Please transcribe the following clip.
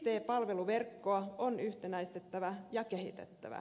it palveluverkkoa on yhtenäistettävä ja kehitettävä